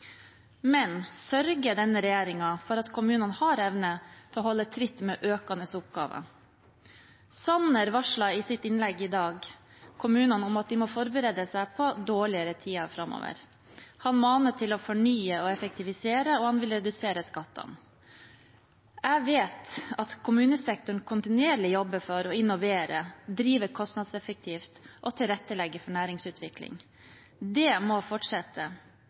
Men sørger denne regjeringen for at kommunene har evne til å holde tritt med økende oppgaver? Sanner varslet i sitt innlegg i dag kommunene om at de må forberede seg på dårligere tider framover. Han maner til å fornye og effektivisere, og han vil redusere skattene. Jeg vet at kommunesektoren kontinuerlig jobber for å innovere, drive kostnadseffektivt og tilrettelegge for næringsutvikling. Det må fortsette.